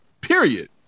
period